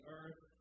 earth